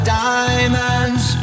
diamonds